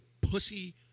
pussy